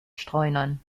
streunern